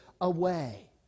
away